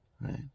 right